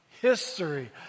history